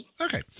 Okay